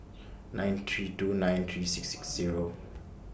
nine three two nine three six six Zero